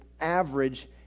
average